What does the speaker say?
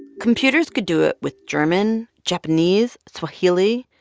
computers could do it with german, japanese, swahili.